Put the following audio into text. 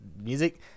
music